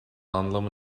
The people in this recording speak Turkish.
anlamı